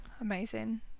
amazing